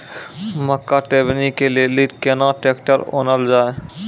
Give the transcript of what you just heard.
मक्का टेबनी के लेली केना ट्रैक्टर ओनल जाय?